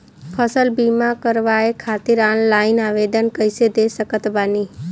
फसल बीमा करवाए खातिर ऑनलाइन आवेदन कइसे दे सकत बानी?